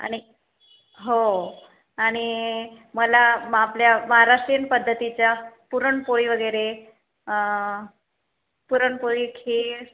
आणि हो आणि मला म आपल्या महाराष्ट्रीयन पद्धतीच्या पुरणपोळी वगैरे पुरणपोळी खीर